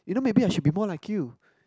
you know maybe I should be more like you